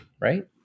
right